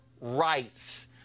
rights